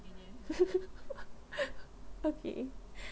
okay